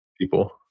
people